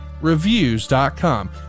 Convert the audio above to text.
reviews.com